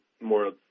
more